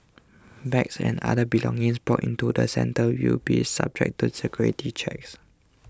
bags and other belongings brought into the centre will be subject to security checks